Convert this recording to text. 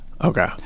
Okay